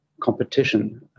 competition